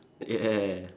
y~ yeah